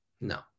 No